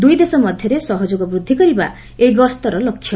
ଦୂଇଦେଶ ମଧ୍ୟରେ ସହଯୋଗ ବୃଦ୍ଧି କରିବା ଏହି ଗସ୍ତର ଲକ୍ଷ୍ୟ